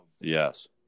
Yes